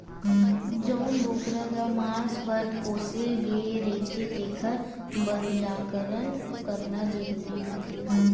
जउन बोकरा ल मांस बर पोसे गे रहिथे तेखर बधियाकरन करना जरूरी होथे